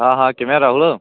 ਹਾਂ ਹਾਂ ਕਿਵੇਂ ਆ ਰਾਹੁਲ